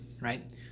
right